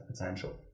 potential